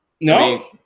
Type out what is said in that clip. No